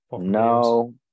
No